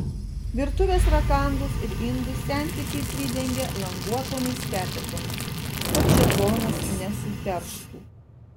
virtuvės rakandus ir indus sentikiai pridengia languotomis skepetomis kad šėtonas nesuterštų